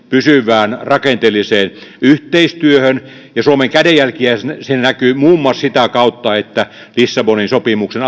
pysyvään rakenteelliseen yhteistyöhön ja suomen kädenjälki näkyy muun muassa sitä kautta että viittaus lissabonin sopimuksen